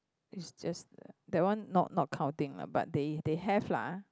it's just that one not not counting lah but they they have lah